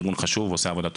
ארגון חשוב שעושה עבודה טובה.